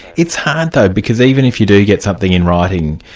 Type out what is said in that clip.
it's hard though, because even if you do get something in writing,